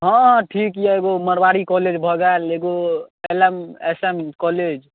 हँ हँ ठीक यऽ एगो मारवाड़ी कौलेज भऽ गेल एगो L M S M college